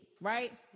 right